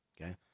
Okay